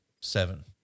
Seven